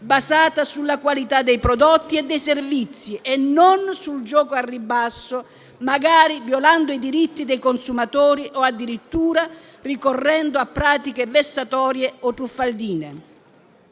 basata sulla qualità dei prodotti e dei servizi e non sul gioco al ribasso, magari violando i diritti dei consumatori o addirittura ricorrendo a pratiche vessatorie o truffaldine.